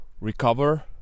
recover